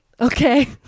Okay